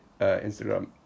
Instagram